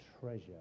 treasure